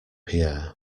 pierre